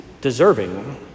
deserving